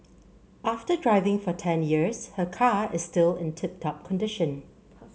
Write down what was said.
after driving for ten years her car is still in tip top condition